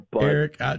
Eric